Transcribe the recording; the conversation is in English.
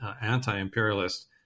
anti-imperialist